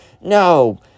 no